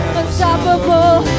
unstoppable